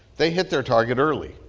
they hit their target early,